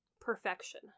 perfection